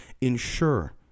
ensure